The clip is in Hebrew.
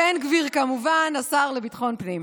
בן גביר, כמובן, השר לביטחון פנים.